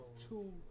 two